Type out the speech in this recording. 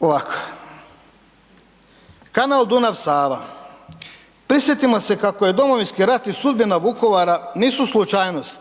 Ovako, kanal Dunav – Sava, prisjetimo se kako Domovinski rat i sudbina Vukovara nisu slučajnost.